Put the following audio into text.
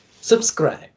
Subscribe